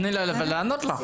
רויטל, תני לה לענות לך.